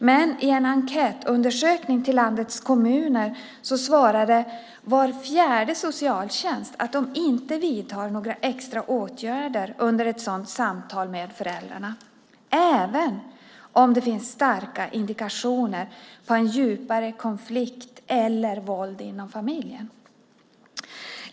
Men vid en enkätundersökning till landets kommuner svarade var fjärde socialtjänst att de inte vidtar några extra åtgärder under ett sådant samtal med föräldrarna, även om det finns starka indikationer på en djupare konflikt eller våld inom familjen.